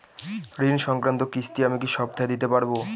ঋণ সংক্রান্ত কিস্তি আমি কি সপ্তাহে দিতে পারবো?